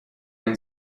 این